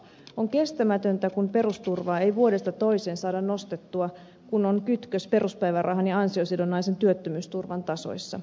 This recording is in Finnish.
on kestämätöntä kun perusturvaa ei vuodesta toiseen saada nostettua kun on kytkös peruspäivärahan ja ansiosidonnaisen työttömyysturvan tasoissa